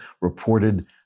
reported